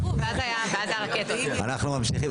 אנחנו ממשיכים.